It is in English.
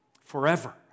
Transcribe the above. forever